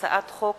הצעת חוק